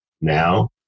now